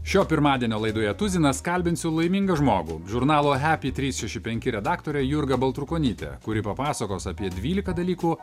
šio pirmadienio laidoje tuzinas kalbinsiu laimingą žmogų žurnalo hapy trys šeši penki redaktorė jurga baltrukonytė kuri papasakos apie dvyliką dalykų